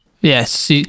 Yes